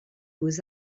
beaux